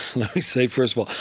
let me say, first of all,